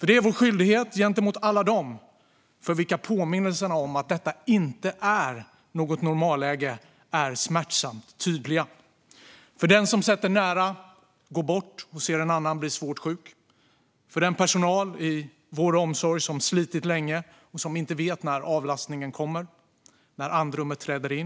Det är vår skyldighet gentemot alla dem för vilka påminnelserna om att detta inte är ett normalläge är smärtsamt tydliga - den som sett en nära gå bort och sett en annan bli svårt sjuk eller den personal i vård och omsorg som slitit länge och som inte vet när avlastningen kommer och när andrummet träder in.